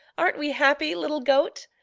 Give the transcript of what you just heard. aren't we happy, little goat?